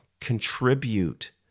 contribute